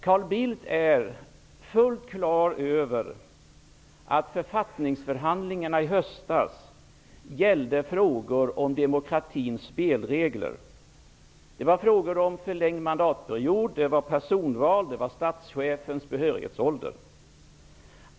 Carl Bildt är fullt på det klara med att författningsförhandlingarna i höstas gällde frågor om demokratins spelregler. Det var frågor om förlängd mandatperiod, personval och statschefens behörighetsålder.